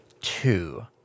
two